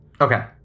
Okay